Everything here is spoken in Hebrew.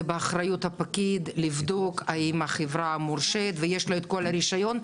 זה באחריות הפקיד לבדוק האם החברה מורשית ויש לו את כל הרישיון.